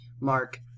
Mark